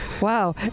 wow